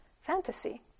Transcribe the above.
fantasy